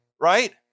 Right